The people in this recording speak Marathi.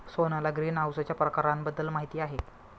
सोहनला ग्रीनहाऊसच्या प्रकारांबद्दल माहिती आहे